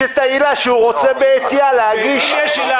שהוא רוצה בעטיה להגיש.